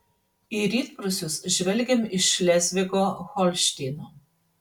į rytprūsius žvelgiam iš šlėzvigo holšteino